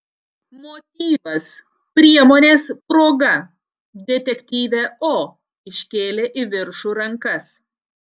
motyvas priemonės proga detektyvė o iškėlė į viršų rankas